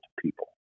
people